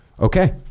Okay